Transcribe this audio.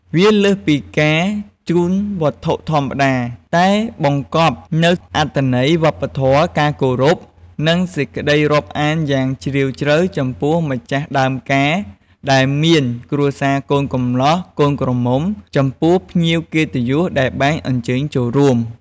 វាលើសពីការជូនវត្ថុធម្មតា តែបង្កប់នូវអត្ថន័យ វប្បធម៌ ការគោរព និងសេចក្តីរាប់អានយ៉ាងជ្រាលជ្រៅរបស់ម្ចាស់ដើមការ ដែលមានគ្រួសារកូនកំលោះ កូនក្រមុំ ចំពោះភ្ញៀវកិត្តិយសដែលបានអញ្ជើញចូលរួម។